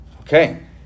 Okay